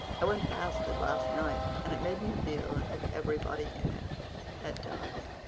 i went past it last night, and it made me feel as if everybody in it had died.